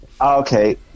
Okay